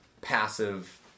passive